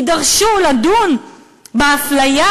יידרשו לדון באפליה.